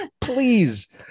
please